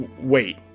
wait